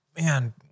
man